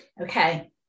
Okay